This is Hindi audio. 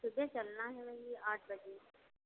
सुबह चलना है वही आठ बजे